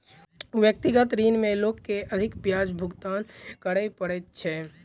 व्यक्तिगत ऋण में लोक के अधिक ब्याज भुगतान करय पड़ैत छै